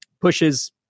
pushes